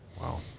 Wow